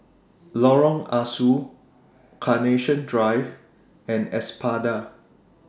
Lorong Ah Soo Carnation Drive and Espada